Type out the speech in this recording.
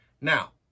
Now